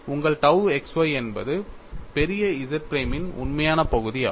உங்கள் tau x y என்பது பெரிய Z பிரைமின் உண்மையான பகுதி ஆகும்